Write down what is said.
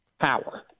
power